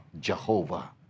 Jehovah